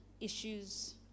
issues